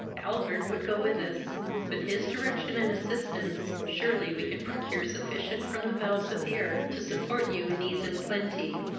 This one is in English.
albert would go with us with his direction and assistance, surely we could procure sufficient from the bowels of the earth to support you in ease and plenty,